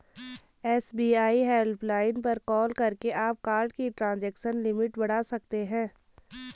SBI helpline पर call करके आप कार्ड की ट्रांजैक्शन लिमिट बढ़ा सकते हैं